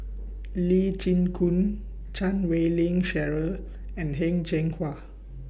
Lee Chin Koon Chan Wei Ling Cheryl and Heng Cheng Hwa